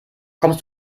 kommst